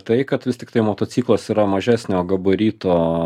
tai kad vis tiktai motociklas yra mažesnio gabarito